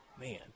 Man